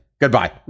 Goodbye